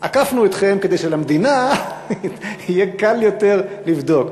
עקפנו אתכם כדי שלמדינה יהיה קל יותר לבדוק.